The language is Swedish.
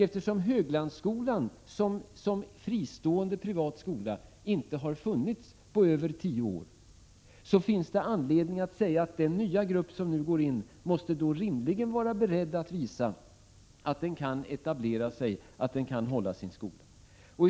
Eftersom Höglandsskolan som fristående, privat skola inte har funnits på över tio år finns det anledning att säga, att den nya grupp som nu går in rimligen måste vara beredd att visa att den kan etablera sig och hålla sin skola.